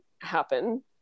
happen